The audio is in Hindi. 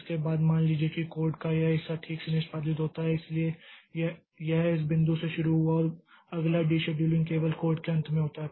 इसके बाद मान लीजिए कि कोड का यह हिस्सा ठीक से निष्पादित होता है इसलिए यह इस बिंदु से शुरू हुआ और अगला डीशेड्यूलिंग केवल कोड के अंत में होता है